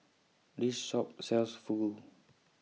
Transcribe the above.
This Shop sells Fugu